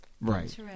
Right